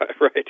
Right